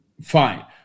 fine